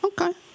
Okay